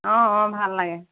অঁ অঁ ভাল লাগে